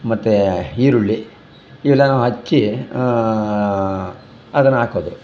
ಮತ್ತೆ ಈರುಳ್ಳಿ ಇವೆಲ್ಲಾನು ಹಚ್ಚಿ ಅದನ್ನು ಹಾಕೋದು